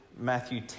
Matthew